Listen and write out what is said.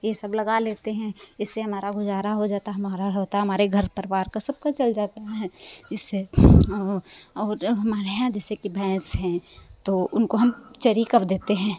ये सब लगा लेते हैं इससे हमारा गुजारा हो जाता है हमारा होता है हमारे परिवार का सबका चल जाता है इससे औ और हमारे यहाँ जैसे कि भैंस हैं तो उनको हम चरी कब देते हैं